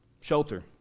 shelter